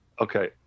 Okay